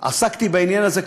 עסקתי בעניין הזה,